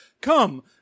come